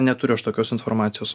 neturiu aš tokios informacijos